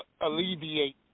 alleviate